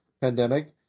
pandemic